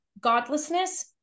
godlessness